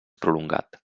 prolongat